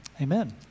Amen